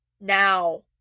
now